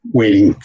waiting